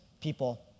people